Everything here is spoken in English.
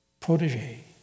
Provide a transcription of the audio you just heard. Protege